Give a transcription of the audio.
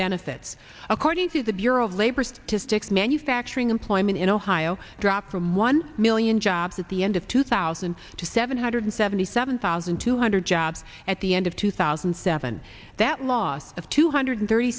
benefits according to the bureau of labor statistics manufacturing employment in ohio dropped from one million jobs at the end of two thousand to seven hundred seventy seven thousand two hundred jobs at the end of two thousand and seven that loss of two hundred thirty